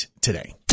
today